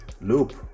Loop